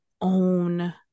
own